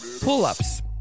pull-ups